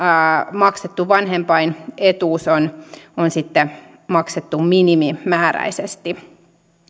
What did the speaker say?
maksettu vanhempainetuus on sitten maksettu minimimääräisesti